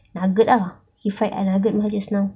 nugget ah he fried uh nugget mah just now